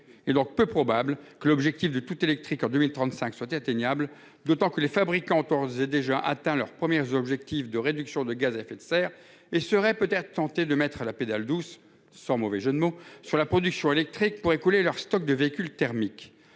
et leur peu probable que l'objectif de tout électrique en 2035 atteignable. D'autant que les fabricants autorisés déjà atteint leur 1er objectif de réduction de gaz à effet de serre et serait peut-être tenté de mettre la pédale douce sans mauvais jeu de mots sur la production électrique pour écouler leurs stocks de véhicules thermiques.